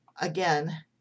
again